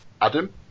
Adam